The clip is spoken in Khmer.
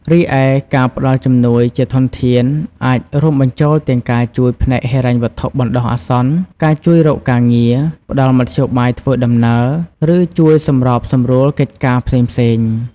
រីឯ ការផ្តល់ជំនួយជាធនធាន អាចរួមបញ្ចូលទាំងការជួយផ្នែកហិរញ្ញវត្ថុបណ្តោះអាសន្ន ការជួយរកការងារ ផ្តល់មធ្យោបាយធ្វើដំណើរ ឬជួយសម្របសម្រួលកិច្ចការផ្សេងៗ។